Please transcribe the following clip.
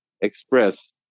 express